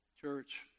Church